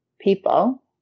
people